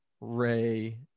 ray